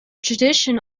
tradition